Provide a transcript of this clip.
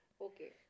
okay